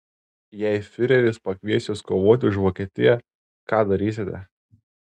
jei fiureris pakvies jus kovoti už vokietiją ką darysite